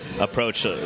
approach